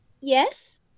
yes